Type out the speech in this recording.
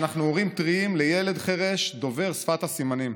ואנחנו הורים טריים לילד חירש דובר שפת הסימנים.